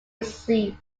received